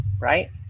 right